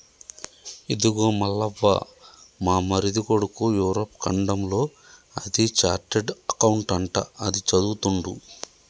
ఇదిగో మల్లవ్వ మా మరిది కొడుకు యూరప్ ఖండంలో అది చార్టెడ్ అకౌంట్ అంట అది చదువుతుండు